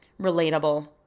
relatable